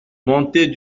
montée